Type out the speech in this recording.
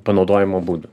panaudojimo būdų